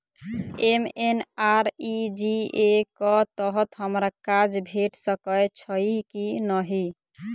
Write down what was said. MNREGA कऽ तहत हमरा काज भेट सकय छई की नहि?